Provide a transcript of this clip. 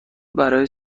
برای